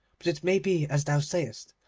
but it may be as thou sayest.